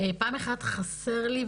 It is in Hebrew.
פעם אחת חסר לי,